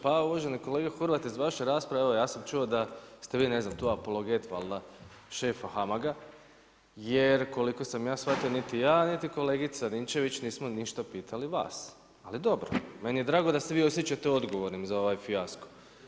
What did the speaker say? Pa uvaženi kolega Horvat, iz vaše rasprave ja sam čuo da ste vi ne znam apologet valjda šefa HAMAG-a jer koliko sam ja shvatio, niti ja niti kolegica Ninčević, nismo ništa pitali vas, ali dobro, meni je drago se vi osjećate odgovornim za ovaj fijasko.